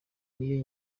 niyo